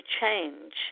change